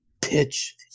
pitch